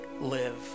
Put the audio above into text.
live